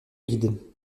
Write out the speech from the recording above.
guides